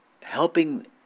helping